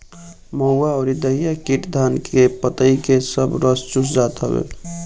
महुआ अउरी दहिया कीट धान के पतइ के सब रस चूस जात हवे